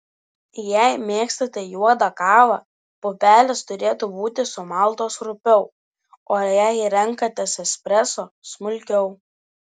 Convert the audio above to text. jei mėgstate juodą kavą pupelės turėtų būti sumaltos rupiau o jei renkatės espreso smulkiau